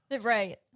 Right